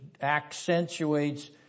accentuates